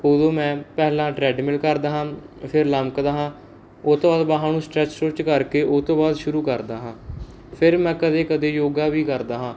ਉਦੋਂ ਮੈਂ ਪਹਿਲਾਂ ਟਰੈਡਮਿੱਲ ਕਰਦਾ ਹਾਂ ਫਿਰ ਲਮਕਦਾ ਹਾਂ ਉਹ ਤੋਂ ਬਾਅਦ ਬਾਹਾਂ ਨੂੰ ਸਟਰੈਚ ਸਟਰੁਚ ਕਰਕੇ ਉਹ ਤੋਂ ਬਾਅਦ ਸ਼ੁਰੂ ਕਰਦਾ ਹਾਂ ਫਿਰ ਮੈਂ ਕਦੇ ਕਦੇ ਯੋਗਾ ਵੀ ਕਰਦਾ ਹਾਂ